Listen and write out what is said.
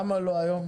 למה לא היום?